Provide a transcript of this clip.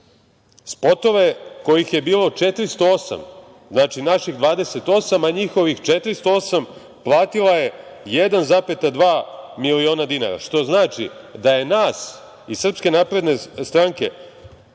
spotove kojih je bilo 408. Znači, naših 28, a njihovih 408, platila je 1,2 miliona dinara. Što znači, da je nas iz SNS po jednom spotu